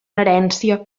herència